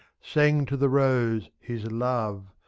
sang to the rose, his love,